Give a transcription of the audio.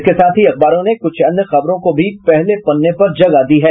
इसके साथ ही अखबारों ने कुछ अन्य खबरों को भी पहले पन्ने पर जगह दी है